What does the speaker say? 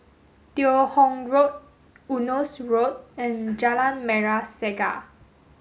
Teo Hong Road Eunos Road and Jalan Merah Saga